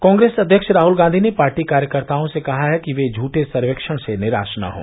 कांग्रेस अध्यक्ष राहुल गांधी ने पार्टी कार्यकर्ताओं से कहा है कि वे झूठे सर्वक्षण से निराश न हों